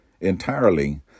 entirely